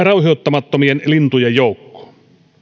rauhoittamattomien lintujen joukkoon